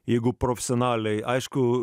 jeigu profesionaliai aišku